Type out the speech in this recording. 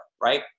right